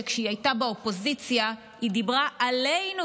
שכשהיא הייתה באופוזיציה היא דיברה עלינו,